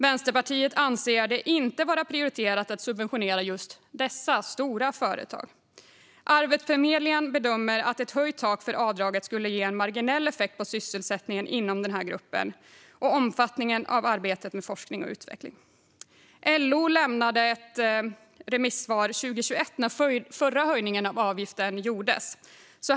Vänsterpartiet anser inte att det är prioriterat att subventionera just dessa stora företag. Arbetsförmedlingen bedömer att ett höjt tak för avdraget skulle ge en marginell effekt på sysselsättningen inom denna grupp och omfattningen av arbetet med forskning och utveckling. LO lämnade ett remissvar 2021 när den förra höjningen av avdraget gjordes.